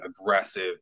aggressive